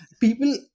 people